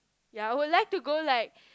ya I would like to go like